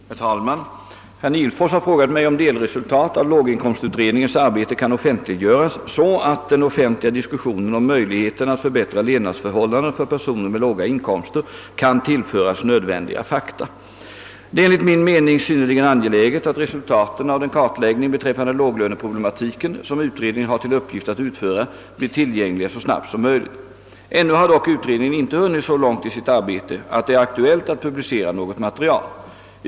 Herr talman! Herr Nihlfors har frågat mig om delresultat av låginkomstutredningens arbete kan offentliggöras så att den offentliga diskussionen om möjligheterna att förbättra levnadsförhållandena för personer med låga inkomster kan tillföras nödvändiga fakta. Det är enligt min mening synnerligen angeläget att resultaten av den kartlägg ning beträffande låglöneproblematiken, som utredningen har till uppgift att utföra, blir tillgängliga så snabbt som möjligt. Ännu har dock utredningen inte hunnit så långt i sitt arbete att det är aktuellt att publicera något material.